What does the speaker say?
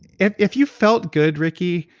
if if you felt good, ricki,